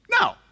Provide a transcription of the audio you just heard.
No